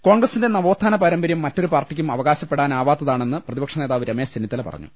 കോൺഗ്രസ്സിന്റെ നവോത്ഥാന പാരമ്പര്യം മറ്റൊരു പാർട്ടിക്കും അവ കാശപ്പെടാനാവാത്തതാണെന്ന് പ്രതിപക്ഷനേതാവ് രമേശ് ചെന്നിത്തല പറഞ്ഞു